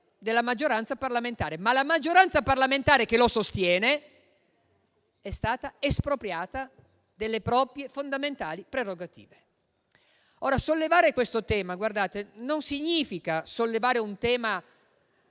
della maggioranza parlamentare, ma la maggioranza parlamentare che lo sostiene è stata espropriata delle proprie fondamentali prerogative. Sollevare questo tema non significa farlo a tutela